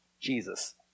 Jesus